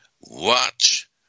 watch